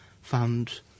found